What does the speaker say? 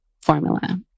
formula